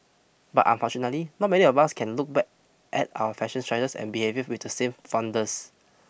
but unfortunately not many of us can look back at our fashion choices and behaviour with the same fondness